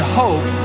hope